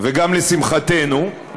וגם לשמחתנו,